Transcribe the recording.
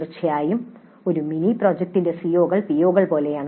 തീർച്ചയായും ഒരു മിനി പ്രോജക്റ്റിന്റെ സിഒകൾ പിഒകൾ പോലെയാണ്